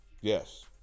yes